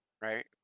right